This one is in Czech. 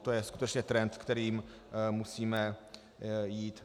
To je skutečně trend, kterým musíme jít.